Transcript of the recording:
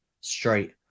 straight